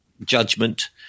judgment